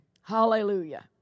Hallelujah